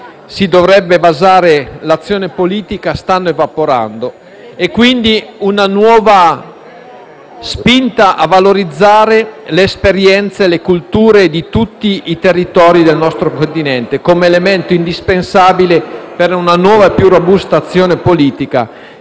si dovrebbe basare l'azione politica stanno evaporando. Quindi, una nuova spinta a valorizzare le esperienze e le culture di tutti i territori del nostro Continente, come elemento indispensabile per una nuova e più robusta azione politica,